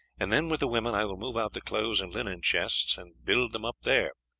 and then, with the women, i will move out the clothes' and linen chests and build them up there.